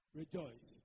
rejoice